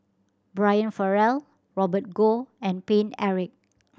Brian Farrell Robert Goh and Paine Eric